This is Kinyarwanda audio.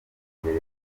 imbere